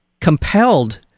compelled